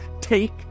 take